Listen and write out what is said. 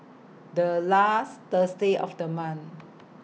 The last Thursday of The month